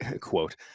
quote